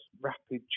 rapid